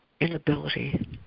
inability